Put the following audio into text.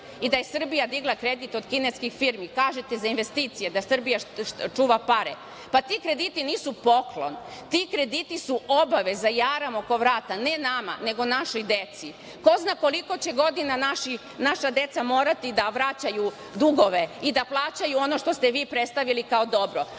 i da je Srbija digla kredite od kineskih firmi, kažete, za investicije, da Srbija čuva pare? Pa, ti krediti nisu poklon, ti krediti su obaveza i jaram oko vrata ne nama, nego našoj deci. Ko zna koliko će godina naša deca morati da vraćaju dugove i da plaćaju ono što ste vi predstavili kao dobro? Ovde